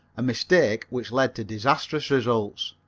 a mistake which led to disastrous results.